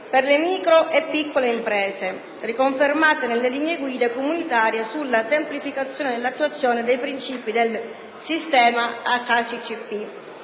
per le micro e piccole imprese, riconfermata nelle linee guida comunitarie sulla semplificazione dell'attuazione dei principi del sistema HACCP.